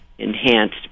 enhanced